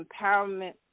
empowerment